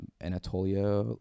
Anatolia